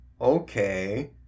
okay